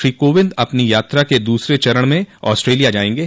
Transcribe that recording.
श्री कोविंद अपनी यात्रा के दूसरे चरण में ऑस्ट्रेलिया जाएंगे